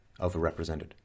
overrepresented